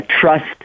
trust